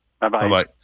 Bye-bye